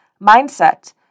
Mindset